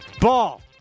Ball